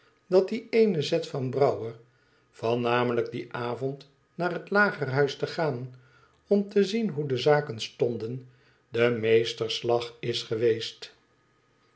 dat die ééne zet van brouwer van namelijk dien avond daar het lagerhuis te gaan om te zien hoe de zaken stonden de meesterslag is geweest